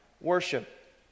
worship